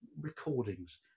recordings